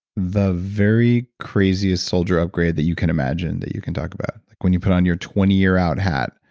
the very craziest soldier upgrade that you can imagine that you can talk about, like when you put on your twenty year out hat,